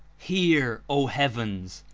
hear, o heavens,